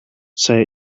say